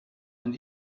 von